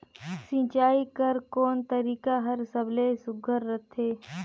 सिंचाई कर कोन तरीका हर सबले सुघ्घर रथे?